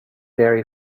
vary